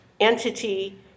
entity